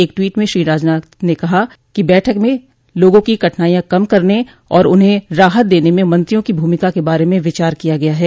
एक टवीट में श्री राजनाथ ने कहा कि बैठक में लोगों की कठिनाइयां कम करने और उन्हें राहत देने में मंत्रियों की भूमिका के बार में विचार किया गया है